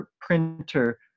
printer